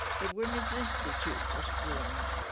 the women's institute was formed